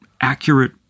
accurate